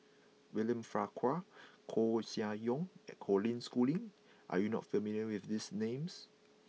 William Farquhar Koeh Sia Yong and Colin Schooling are you not familiar with these names